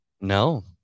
No